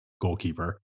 goalkeeper